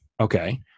Okay